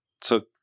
took